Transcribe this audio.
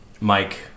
Mike